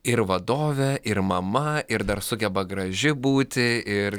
ir vadovė ir mama ir dar sugeba graži būti ir